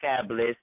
fabulous